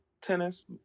tennis